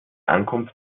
ankunft